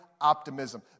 optimism